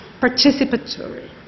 participatory